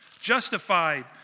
Justified